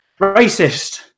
racist